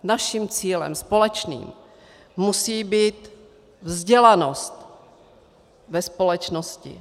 Našim cílem, společným, musí být vzdělanost ve společnosti.